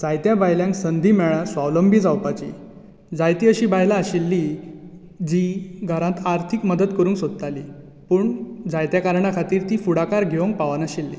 जायत्या बायलांक संदी मेळ्या स्वावलंबी जावपाची जायतीं अशीं बायलां आशिल्लीं जीं घरांत आर्थीक मदत करुंक सोदतालीं पूण जायत्या कारणां खातीर तीं फुडाकार घेवंक पावनाशिल्लीं